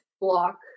block